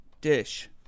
Dish